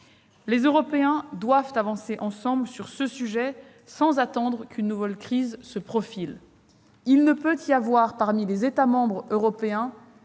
Les Européens doivent avancer ensemble sur ce sujet sans attendre qu'une nouvelle crise se profile. Il ne peut y avoir parmi les États membres européens